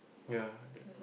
ya